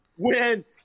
Win